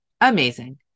amazing